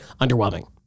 underwhelming